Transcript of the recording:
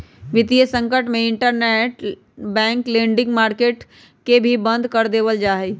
वितीय संकट में इंटरबैंक लेंडिंग मार्केट के बंद भी कर देयल जा हई